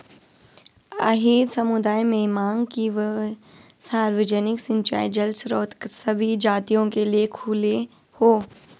अहीर समुदाय ने मांग की कि सार्वजनिक सिंचाई जल स्रोत सभी जातियों के लिए खुले हों